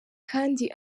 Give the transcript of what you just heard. kandi